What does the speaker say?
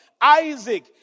Isaac